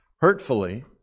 hurtfully